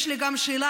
יש לי גם שאלה,